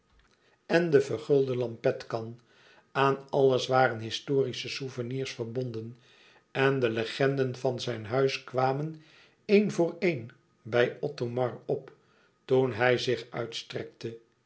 en de vergulde lampetkan aan alles waren historische souvenirs verbonden en de legenden van zijn huis kwamen een voor een bij othomar op toen hij zich uitstrekte